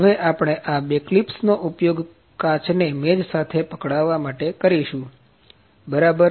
હવે આપણે આ બે ક્લિપ્સનો ઉપયોગ કાચને મેજ સાથે પકડાવા કરીશું મેજ સાથે બરાબર